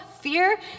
fear